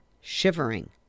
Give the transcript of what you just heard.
shivering